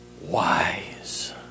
wise